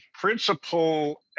principal